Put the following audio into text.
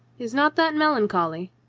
is not that melancholy?